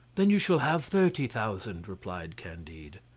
then you shall have thirty thousand, replied candide.